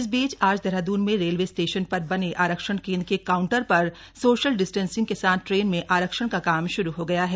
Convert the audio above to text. इस बीच आज देहरादून में रेलवे स्टेशन पर बने आरक्षण केंद्र के काउंटर पर सोशल डिस्टेंसिंग के साथ ट्रेन में आरक्षण का काम श्रू हो गया है